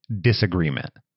disagreement